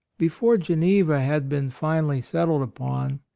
before geneva had been finally settled upon,